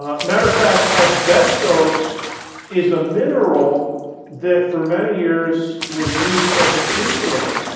a matter of fact, asbestos is a mineral that for many years was used as an insulator.